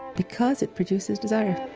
because it produces desire